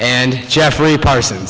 and geoffrey parson